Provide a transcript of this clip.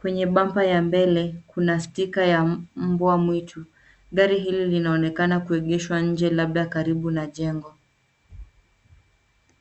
Kwenye bumper ya mbele kuna sticker ya mbwa mwitu. Gari hili linaonekana kuegeshwa nje labda karibu na jengo.